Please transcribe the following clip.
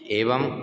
एवं